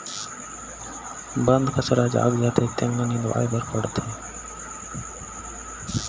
बन कचरा जाम जाथे तेन ल निंदवाए बर परथे